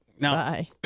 Bye